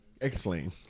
explain